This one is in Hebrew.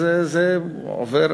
זה עובר,